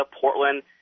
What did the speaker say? Portland